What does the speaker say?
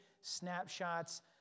snapshots